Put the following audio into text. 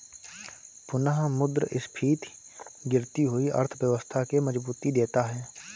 पुनःमुद्रस्फीति गिरती हुई अर्थव्यवस्था के मजबूती देता है